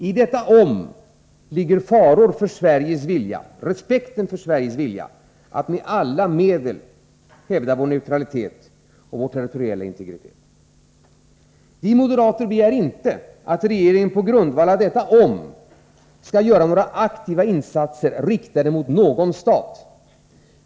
I detta ”om” ligger faror för respekten för Sveriges vilja att med alla medel hävda sin neutralitet och sin territoriella integritet. Vi moderater begär inte att regeringen på grundval av detta ”om” skall göra några aktiva insatser riktade mot någon stat.